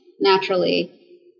naturally